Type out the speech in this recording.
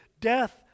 death